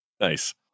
nice